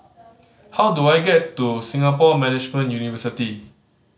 how do I get to Singapore Management University